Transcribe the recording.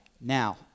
Now